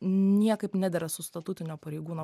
niekaip nedera su statutinio pareigūno